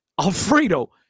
Alfredo